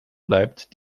bleibt